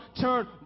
turn